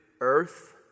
earth